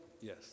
Yes